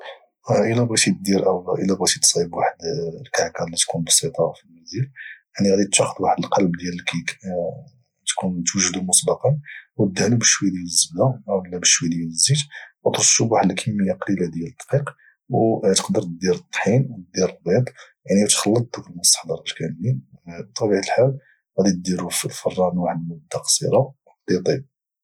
الا بغيتي تصايب واحد الكعكه اللي تكون بسيطه المنزل يعني غاتاخذ واحد القلب ديال الكيكه مسبقا والدهنوا بشويه ديال الزبده اولا بشويه ديال الزيت وترشوا بواحد كميه ديال الدقيق وتقدر تدير الطحين ودير البيض يعني وتخلط ذوك مستحضرات كاملين بطبيعه الحال غداره في الفران واحد المده قصيره حتى يطيب